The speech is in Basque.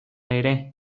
ere